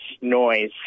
noise